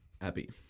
Abby